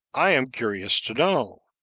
i am curious to know.